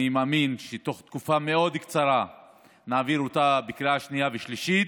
אני מאמין שבתוך תקופה מאוד קצרה נעביר אותה בקריאה שנייה ושלישית,